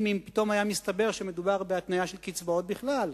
אם פתאום היה מסתבר שמדובר בהתניה של קצבאות בכלל.